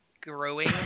growing